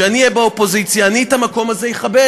כשאני אהיה באופוזיציה אני את המקום הזה אכבד,